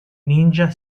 ninja